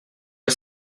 est